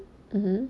mmhmm